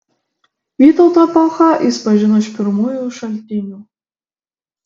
vytauto epochą jis pažino iš pirmųjų šaltinių